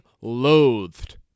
loathed